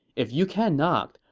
if you cannot,